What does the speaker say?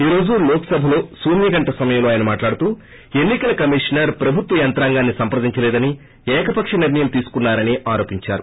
ఈ రోజు లోక్సభలో శూన్య గంట సమయం లో ఆయన మాట్లాడుతూ ఎన్నికల కమిషనర్ ప్రభుత్వ యంత్రాంగాన్సి సంప్రదించలేదని ఏకపక్ష నిర్ణయం తీసుకున్సానని ఆరోపించారు